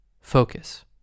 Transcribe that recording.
Focus